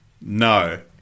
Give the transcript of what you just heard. No